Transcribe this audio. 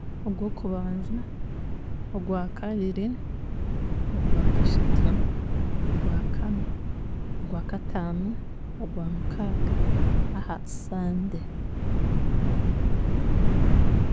Ogwokubanza, Ogwakabiri, Ogwakashatu, Ogwakana, Ogwakatano, Ogwamukaaga, aha Sande.